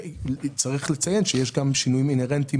צריך לציין שיש גם שינויים אינהרנטיים